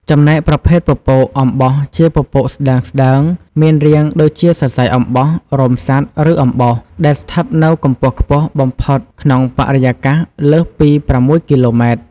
ចំណែកប្រភេទពពកអំបោះជាពពកស្តើងៗ មានរាងដូចជាសរសៃអំបោះ រោមសត្វ ឬអំបោស ដែលស្ថិតនៅកម្ពស់ខ្ពស់បំផុតក្នុងបរិយាកាស លើសពី ៦ គីឡូម៉ែត្រ។